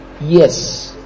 Yes